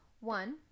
one